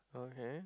okay